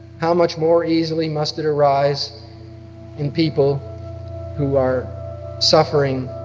how much more easily must it arise in people who are suffering